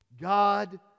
God